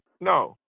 no